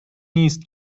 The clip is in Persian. نیست